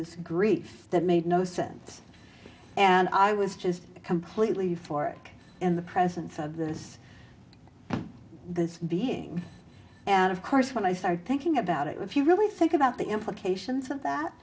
this grief that made no sense and i was just completely for it in the presence of this this being and of course when i start thinking about it if you really think about the implications of that